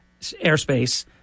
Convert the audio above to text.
Airspace